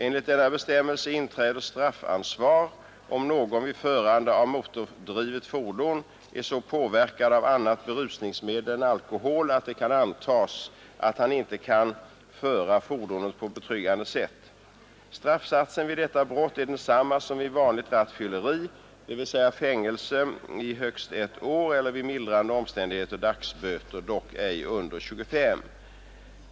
Enligt denna bestämmelse inträder straffansvar om någon vid förande av motordrivet fordon är så påverkad av annat berusningsmedel än alkohol att det kan antas att han inte kan föra fordonet på betryggande sätt. Straffsatsen vid detta brott är densamma som vid vanligt rattfylleri, dvs. fängelse i högst ett år eller vid mildrande omständigheter dagsböter, dock ej under tjugofem.